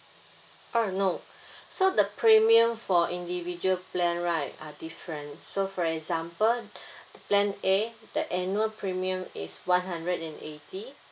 uh no so the premium for individual plan right are different so for example the plan A the annual premium is one hundred and eighty